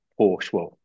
Porsche